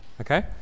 okay